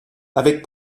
avec